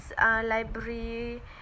library